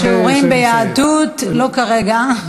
שיעורים ביהדות, לא כרגע.